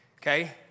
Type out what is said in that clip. okay